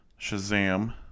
Shazam